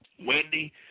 Wendy